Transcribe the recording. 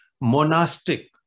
monastic